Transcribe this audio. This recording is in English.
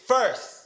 First